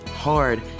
hard